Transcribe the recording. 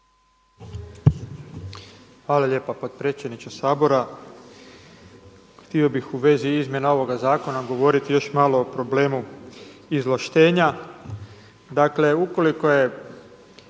Hvala lijepo potpredsjedniče Sabora. Htio bih u vezi izmjena ovoga zakona govoriti još malo o problemu izvlaštenja.